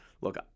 look